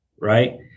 right